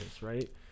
right